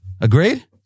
Agreed